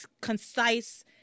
concise